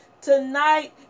Tonight